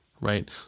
right